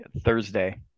Thursday